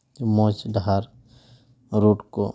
ᱢᱚᱡᱽ ᱰᱟᱦᱟᱨ ᱨᱳᱰ ᱠᱚ